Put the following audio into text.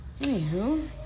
Anywho